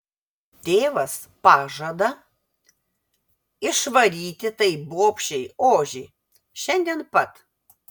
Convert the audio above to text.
tėvas pažada išvaryti tai bobšei ožį šiandien pat